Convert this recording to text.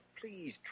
please